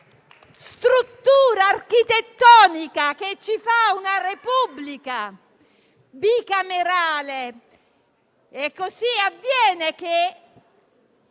struttura architettonica che ci rende una Repubblica bicamerale e così avviene che,